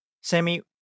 Sammy